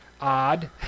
odd